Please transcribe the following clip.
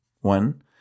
one